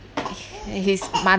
h~ his